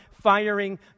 firing